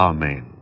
Amen